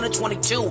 22